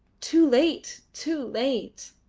too late! too late!